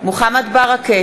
ברכה,